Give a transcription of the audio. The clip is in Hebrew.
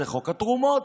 זה חוק התרומות.